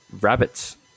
Rabbits